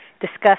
discuss